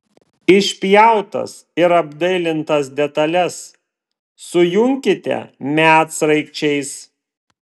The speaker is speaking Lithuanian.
išpjautas ir apdailintas detales sujunkite medsraigčiais